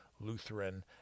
Lutheran